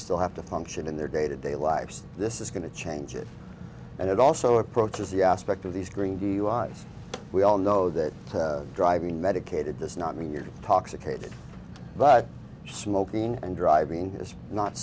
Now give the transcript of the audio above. still have to function in their day to day lives this is going to change it and it also approaches the aspect of these green duis we all know that driving medic it does not mean you're toxic agent but smoking and driving is not